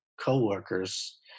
coworkers